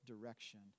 direction